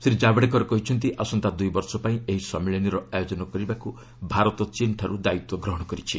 ଶ୍ରୀ ଜାଭଡେକର କହିଛନ୍ତି ଆସନ୍ତା ଦୂଇ ବର୍ଷ ପାଇଁ ଏହି ସମ୍ମିଳନୀର ଆୟୋଜନ କରିବାକୁ ଭାରତ ଚୀନ୍ଠାରୁ ଦାୟିତ୍ୱ ଗ୍ରହଣ କରିଛି